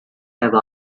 have